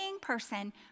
person